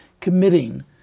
committing